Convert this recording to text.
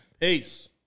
Peace